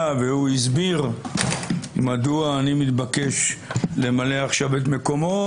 והוא הסביר מדוע אני מתבקש למלא עכשיו את מקומו.